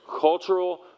Cultural